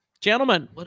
gentlemen